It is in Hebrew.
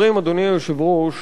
אדוני היושב-ראש,